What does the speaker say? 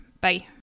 Bye